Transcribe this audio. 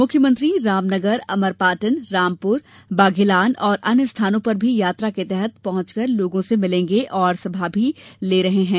मुख्यमंत्री रामनगर अमरपाटन रामपुर बधेलान और अन्य स्थानों पर भी यात्रा के तहत पहुंचकर लोगों से मिलेंगे और सभा भी लेंगे